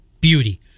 beauty